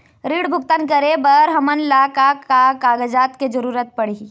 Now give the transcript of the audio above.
ऋण भुगतान करे बर हमन ला का का कागजात के जरूरत पड़ही?